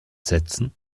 setzen